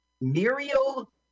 Muriel